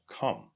come